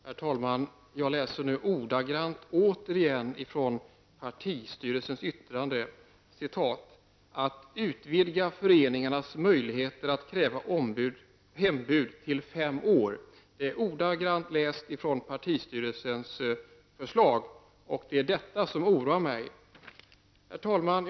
Herr talman! Jag skall nu läsa ordagrant från partistyrelsens yttrande: ''-- att utvidga föreningens möjlighet att kräva hembud till fem år.'' Detta är alltså ordagrant från partistyrelsens förslag, och detta oroar mig. Herr talman!